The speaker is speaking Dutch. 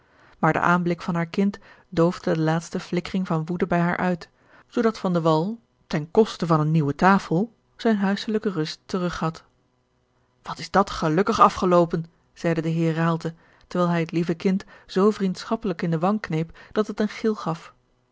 maar de aanblik van haar kind doofde de laatste flikkering van woede bij haar uit zoodat van de wall ten koste van eene nieuwe tafel zijne huiselijke rust terug had wat is dat gelukkig afgeloopen zeide de heer raalte terwijl hij het lieve kind zoo vriendschappelijk in de wang kneep dat het een gil gaf